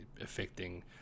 affecting